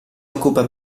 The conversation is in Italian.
occupa